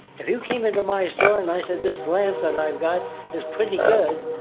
if you came into my store and i said this lamp that i've got is pretty good,